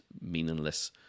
meaningless